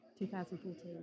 2014